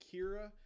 Kira